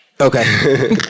Okay